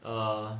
err